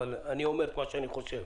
אבל אני אומר את מה שאני חושב.